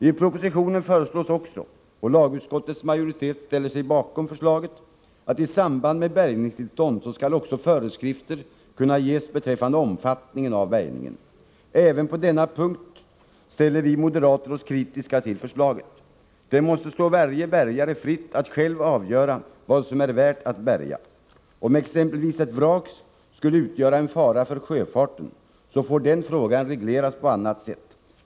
I propositionen föreslås också — och lagutskottets majoritet ställer sig bakom förslaget — att i samband med bärgningstillstånd föreskrifter skall kunna ges beträffande omfattningen av bärgningen. Även på denna punkt ställer vi moderater oss kritiska till förslaget. Det måste stå varje bärgare fritt att själv avgöra vad som är värt att bärga. Om exempelvis ett vrak skulle utgöra en fara för sjöfarten får den frågan regleras på annat sätt.